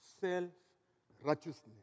self-righteousness